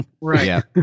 Right